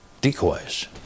decoys